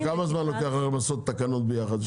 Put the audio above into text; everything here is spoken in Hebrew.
כמה זמן לוקח היום לעשות תקנון ביחד?